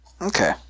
Okay